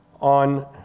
on